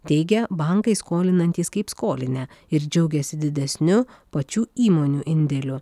teigia bankai skolinantys kaip skolinę ir džiaugiasi didesniu pačių įmonių indėliu